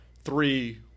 three